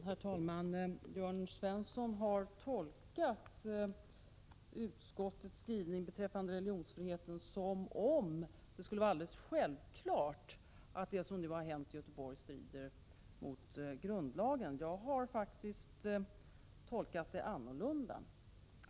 Herr talman! Jörn Svensson har tolkat utskottets skrivning beträffande religionsfriheten så, att det skulle vara alldeles självklart att det som nu har hänt i Göteborg strider mot grundlagen. Jag har faktiskt tolkat det annorlunda.